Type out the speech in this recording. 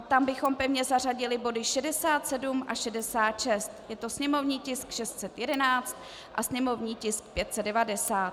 Tam bychom pevně zařadili body 67 a 66, je to sněmovní tisk 611 a sněmovní tisk 590.